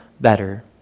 better